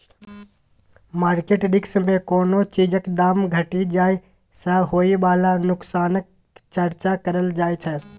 market risk मे कोनो चीजक दाम घटि जाइ सँ होइ बला नोकसानक चर्चा करल जाइ छै